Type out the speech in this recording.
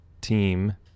team